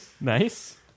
Nice